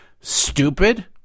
Stupid